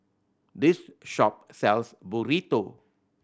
this shop sells Burrito